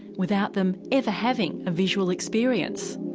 without them ever having a visual experience.